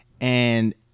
and-